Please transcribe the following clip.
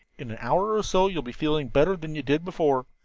in an hour or so you will be feeling better than you did before.